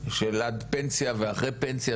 של עד פנסיה ואחרי פנסיה,